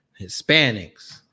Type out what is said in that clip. Hispanics